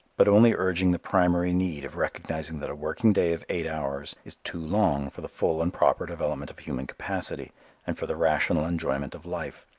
but only urging the primary need of recognizing that a working day of eight hours is too long for the full and proper development of human capacity and for the rational enjoyment of life.